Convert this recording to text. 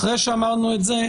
אחרי שאמרנו את זה,